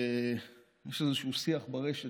יש איזשהו שיח ברשת,